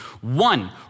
One